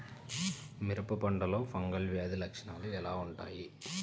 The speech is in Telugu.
మిరప పంటలో ఫంగల్ వ్యాధి లక్షణాలు ఎలా వుంటాయి?